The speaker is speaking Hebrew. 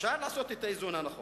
אפשר לעשות את האיזון הנכון.